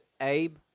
Abe